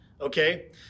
Okay